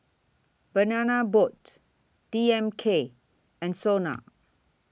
Banana Boat D M K and Sona